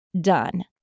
done